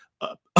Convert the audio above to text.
up